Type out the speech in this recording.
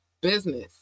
business